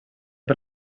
per